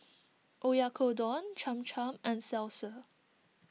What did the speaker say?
Oyakodon Cham Cham and Salsa